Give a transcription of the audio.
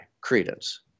Credence